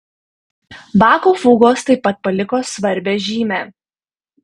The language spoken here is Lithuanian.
bacho fugos taip pat paliko svarbią žymę